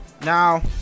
Now